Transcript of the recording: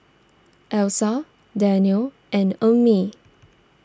Alyssa Daniel and Ummi